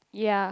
ya